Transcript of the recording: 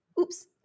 Oops